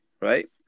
right